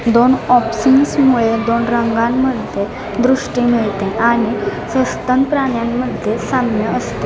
दोन ऑप्सिन्समुळे दोन रंगांमध्ये दृष्टी मिळते आणि सस्तन प्राण्यांमध्ये साम्य असते